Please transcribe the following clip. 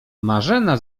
marzena